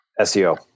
SEO